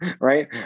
right